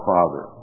Father